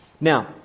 Now